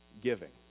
giving